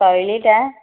ଶୈଳୀଟା